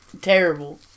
terrible